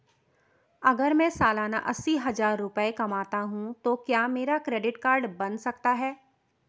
अगर मैं सालाना अस्सी हज़ार रुपये कमाता हूं तो क्या मेरा क्रेडिट कार्ड बन सकता है?